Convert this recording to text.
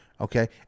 Okay